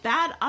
Bad